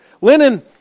Linen